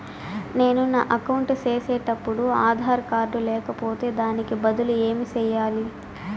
నేను నా అకౌంట్ సేసేటప్పుడు ఆధార్ కార్డు లేకపోతే దానికి బదులు ఏమి సెయ్యాలి?